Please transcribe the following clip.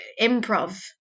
improv